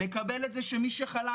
לקבל את זה שמי שחלה,